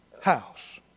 house